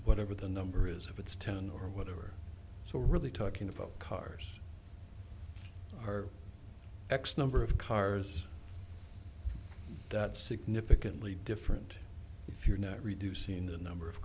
whatever the number is if it's ten or whatever so we're really talking about cars are x number of cars that significantly different if you're not reducing the number of